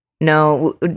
No